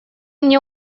мне